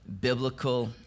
biblical